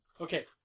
Okay